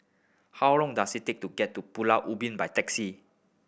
how long does it take to get to Pulau Ubin by taxi